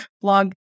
blog